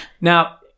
Now